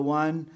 one